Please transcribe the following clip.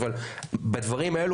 אבל בדברים האלו,